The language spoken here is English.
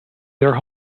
their